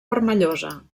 vermellosa